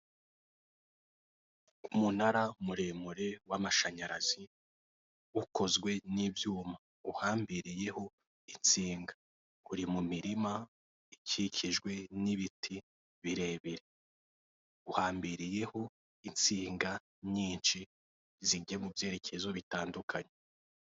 Umunara muremure w'amashanyarazi ukozwe n'ibyuma uhambiriyeho insinga uri mu mirima ikikijwe n'ibiti birebire uhambiriyeho insinga nyinshi zijya mu byerekezo bitandukanye.